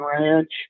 Ranch